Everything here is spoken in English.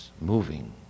moving